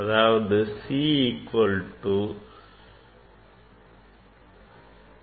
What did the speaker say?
அதாவது C equal to me by V